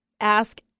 ask